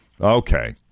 Okay